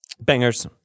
Bangers